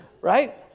right